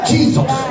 Jesus